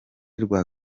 rwa